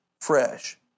fresh